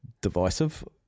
divisive